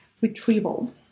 retrieval